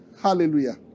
Hallelujah